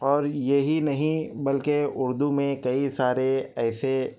اور یہی نہیں بلکہ اردو میں کئی سارے ایسے